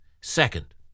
Second